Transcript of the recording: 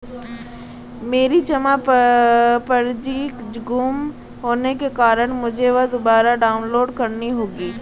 मेरी जमा पर्ची गुम होने के कारण मुझे वह दुबारा डाउनलोड करनी होगी